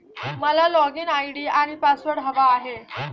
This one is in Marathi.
मला लॉगइन आय.डी आणि पासवर्ड हवा आहे